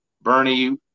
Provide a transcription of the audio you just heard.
Bernie